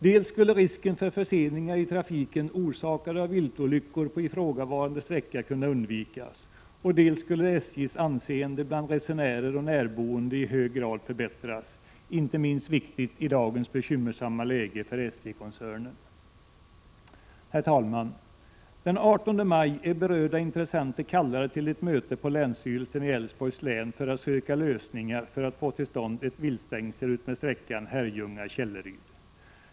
Dels skulle risken för förseningar i trafiken orsakade av viltolyckor på ifrågavarande sträcka kunna undvikas, dels skulle SJ:s anseende bland resenärer och närboende i hög grad förbättras, vilket är inte minst viktigt i dagens bekymmersamma läge för SJ-koncernen. Herr talman! Berörda intressenter är kallade till ett möte på länsstyrelsen i Älvsborgs län den 18 maj för att söka lösningar för att få till stånd ett viltstängsel utmed sträckan Herrljunga—Källeryd.